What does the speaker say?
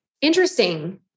Interesting